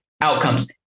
outcomes